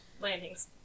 landing's